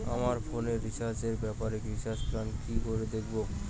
আমার ফোনে রিচার্জ এর ব্যাপারে রিচার্জ প্ল্যান কি করে দেখবো?